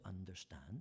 understand